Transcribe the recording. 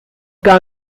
gar